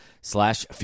slash